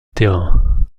terrain